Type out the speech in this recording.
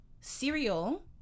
cereal